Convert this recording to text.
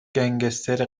گنگستر